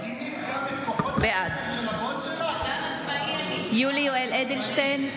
בעד יולי יואל אדלשטיין,